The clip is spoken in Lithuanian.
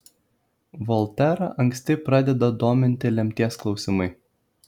volterą anksti pradeda dominti lemties klausimai